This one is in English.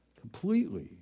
completely